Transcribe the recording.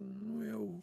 nu jau